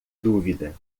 dúvida